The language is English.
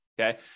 okay